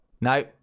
No